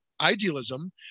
idealism